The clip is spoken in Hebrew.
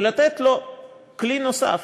ולתת כלי נוסף,